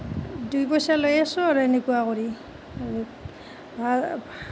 দুই পইচা লৈ আছোঁ আৰু এনেকুৱা কৰি